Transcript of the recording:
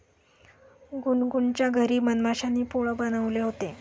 गुनगुनच्या घरी मधमाश्यांनी पोळं बनवले होते